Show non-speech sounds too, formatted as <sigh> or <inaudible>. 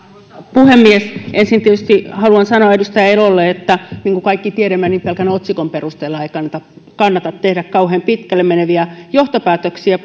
puhemies ensin tietysti haluan sanoa edustaja elolle että niin kuin kaikki tiedämme pelkän otsikon perusteella ei kannata kannata tehdä kauhean pitkälle meneviä johtopäätöksiä <unintelligible>